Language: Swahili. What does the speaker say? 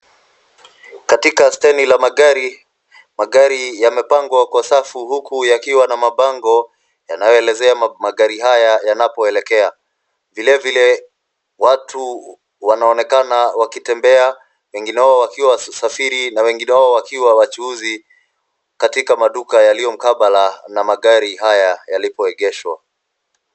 Katika stendi ya magari, magari yamepangwa kwa safu huku wakiwa na mabango yanayoelezea magari haya yanapoelekea. Vilevile, watu wanaonekana wakitembea, wengine wakiwa wanasafiri na wengine wakiwa wachuuzi katika maduka haya yaliyo mkabala na magari haya yalipoegeshwa.